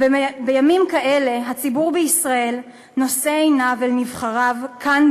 בימים כאלה הציבור בישראל נושא עיניו אל נבחריו כאן,